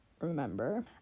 remember